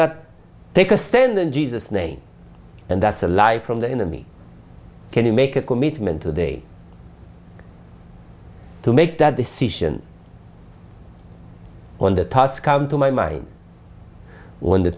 cannot take a stand in jesus name and that's a lie from the enemy can you make a commitment to the to make that decision on the parts come to my mind when the